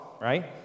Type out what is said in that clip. right